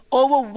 over